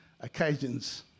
occasions